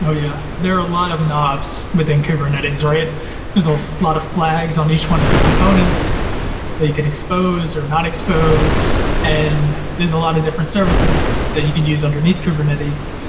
ah yeah. there are a lot of knobs within kubernetes, right? there's a lot of flags on each one of the components that you could expose or not exposed, and there's a lot of different services that you could use underneath kubernetes,